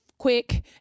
quick